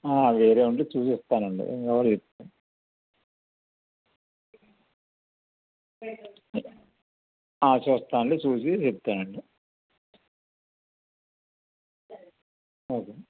వేరే ఉంటే చూసి ఇస్తానండి ఎవరు చూస్తానండి చూసి చెప్తానండి ఓకే